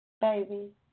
Baby